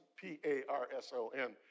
P-A-R-S-O-N